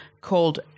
called